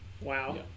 Wow